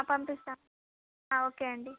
పంపిస్తాను ఓకే అండి